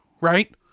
right